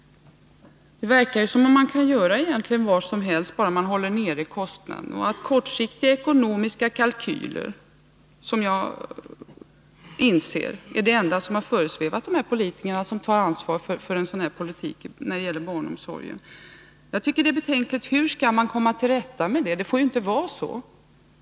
Det verkar som om man kan göra vad som helst bara man håller kostnaderna nere. Kortsiktiga ekonomiska vinster är — det inser jag — det enda som föresvävat de politiker som tar ansvar för en sådan här politik när det gäller barnomsorgen. Hur skall man komma till rätta med det? Det får ju inte vara så!